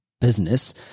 business